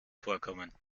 vorkommen